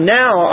now